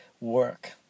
work